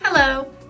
Hello